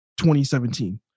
2017